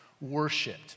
worshipped